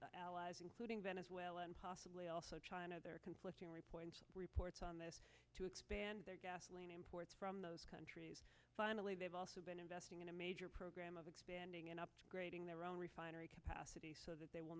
with allies including venezuela and possibly also china there are conflicting reports reports on this to expand their gasoline imports from those countries finally they've also been investing in a major program of expanding and upgrading their own refinery capacity so that they will